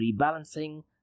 rebalancing